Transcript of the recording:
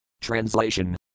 Translation